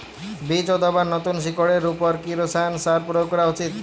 বীজ অথবা নতুন শিকড় এর উপর কি রাসায়ানিক সার প্রয়োগ করা উচিৎ?